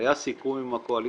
היה סיכום עם הקואליציה,